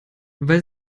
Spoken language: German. weil